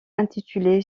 intitulé